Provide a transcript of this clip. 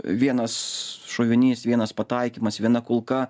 vienas šovinys vienas pataikymas viena kulka